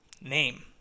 name